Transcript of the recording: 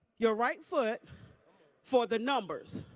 your right foot for the numbers.